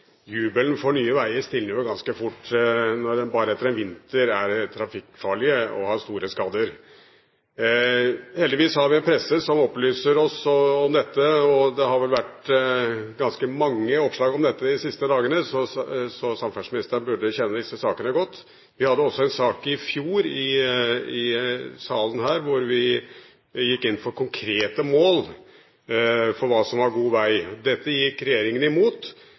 Jubelen over nye veger stilner ganske fort når de bare etter en vinter er trafikkfarlige og har store skader. Heldigvis har vi en presse som opplyser oss om dette, og det har vel vært ganske mange oppslag de siste dagene, så samferdselsministeren burde kjenne disse sakene godt. Vi hadde også en sak i fjor her i salen hvor vi gikk inn